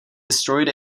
destroyed